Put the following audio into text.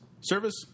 Service